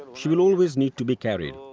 she will always need to be carried.